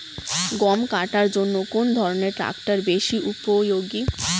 গম কাটার জন্য কোন ধরণের ট্রাক্টর বেশি উপযোগী?